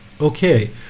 Okay